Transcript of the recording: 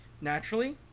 Naturally